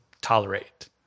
tolerate